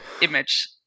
image